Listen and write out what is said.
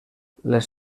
les